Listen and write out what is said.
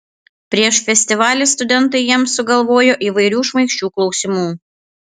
prieš festivalį studentai jiems sugalvojo įvairių šmaikščių klausimų